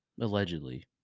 allegedly